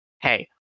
Hey